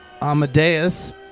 Amadeus